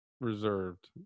reserved